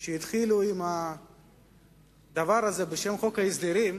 שהתחילו עם הדבר הזה שנקרא בשם חוק ההסדרים,